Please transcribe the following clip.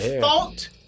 Fault